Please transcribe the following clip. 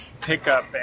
pickup